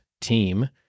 team